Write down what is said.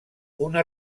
una